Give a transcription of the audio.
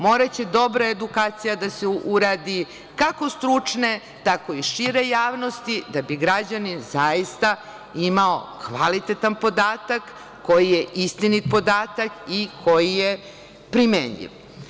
Moraće dobra edukacija da se uradi kako stručne, tako i šire javnost da bi građani zaista imali kvalitetan podatak koji je istinit podatak i koji je primenljiv.